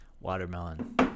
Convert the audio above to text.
Watermelon